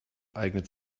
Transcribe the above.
eignet